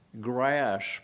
grasp